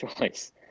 choice